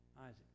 Isaac